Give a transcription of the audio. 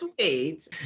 sweet